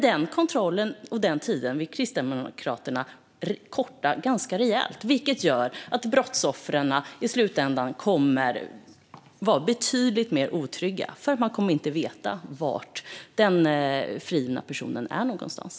Den kontrollen och den tiden vill Kristdemokraterna förkorta ganska rejält, vilket gör att brottsoffren i slutändan kommer att vara betydligt mer otrygga eftersom man inte kommer att veta var den frigivna personen befinner sig någonstans.